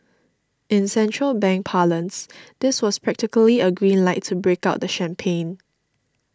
in central bank parlance this was practically a green light to break out the champagne